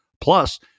plus